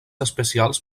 especials